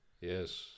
Yes